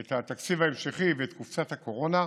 את התקציב ההמשכי ואת קופסת הקורונה,